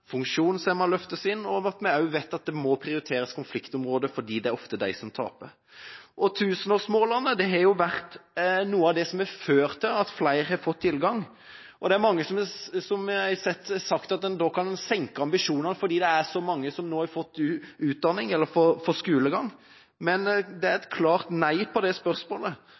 og vi også vet at konfliktområder må prioriteres, fordi det er ofte de som taper. Tusenårsmålene har vært noe av det som har ført til at flere har fått tilgang. Det er mange som har sagt at da kan en senke ambisjonene fordi det er så mange som nå har fått utdanning eller skolegang. Jeg sier klart nei til det. Det er altfor mange, flere har også vist til tallene, som fremdeles ikke får skolegang. Dessuten, og det